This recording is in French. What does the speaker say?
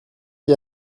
qui